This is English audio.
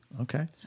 Okay